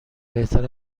بهتر